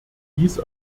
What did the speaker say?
dies